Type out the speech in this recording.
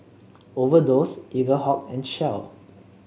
Overdose Eaglehawk and Shell